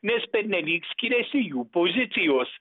nes pernelyg skiriasi jų pozicijos